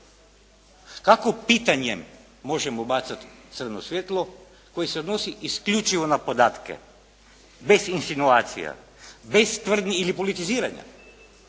Kako pitanjem možemo bacati crno svjetlo koje se odnosi isključivo na podatke, bez insinuacija, bez tvrdnji ili politiziranja.